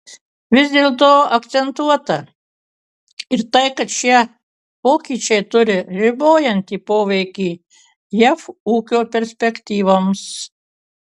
vis dėlto akcentuota ir tai kad šie pokyčiai turi ribojantį poveikį jav ūkio perspektyvoms